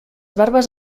barbes